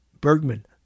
Bergman